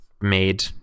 made